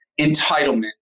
entitlement